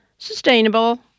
Sustainable